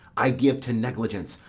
i give to negligence,